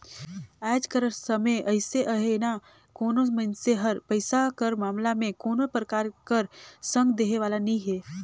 आएज कर समे अइसे अहे ना कोनो मइनसे हर पइसा कर मामला में कोनो परकार कर संग देहे वाला नी हे